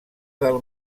del